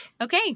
Okay